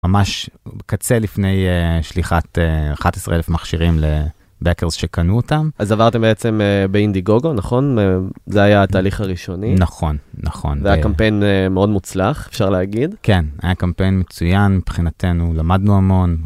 ממש קצה לפני שליחת 11,000 מכשירים לבקרס שקנו אותם. אז עברתם בעצם באינדיגוגו, נכון? זה היה התהליך הראשוני. נכון, נכון. זה היה קמפיין מאוד מוצלח, אפשר להגיד. כן, היה קמפיין מצוין מבחינתנו, למדנו המון.